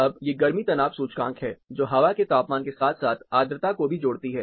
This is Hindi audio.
अब ये गर्मी तनाव सूचकांक हैं जो हवा के तापमान के साथ साथ आर्द्रता को भी जोड़ती हैं